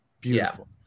Beautiful